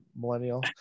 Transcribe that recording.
millennial